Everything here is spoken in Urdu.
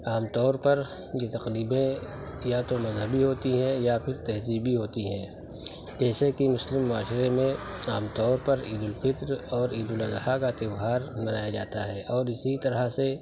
عام طور پر یہ تقریبیں یا تو مذہبی ہوتی ہیں یا پھر تہذیبی ہوتی ہیں جیسے کہ مسلم معاشرے میں عام طور عیدالفطر اور عید الاضحیٰ کا تیوہار منایا جاتا ہے اور اسی طرح سے